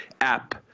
app